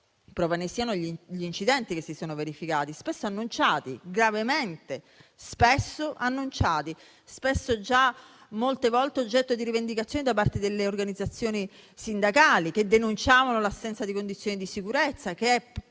Prova ne sono gli incidenti che si sono verificati, gravemente spesso annunciati e già molte volte oggetto di rivendicazioni da parte delle organizzazioni sindacali che denunciavano l'assenza di condizioni di sicurezza, che